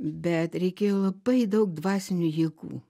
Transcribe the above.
bet reikėjo labai daug dvasinių jėgų